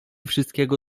wszystkiego